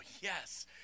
yes